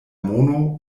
mono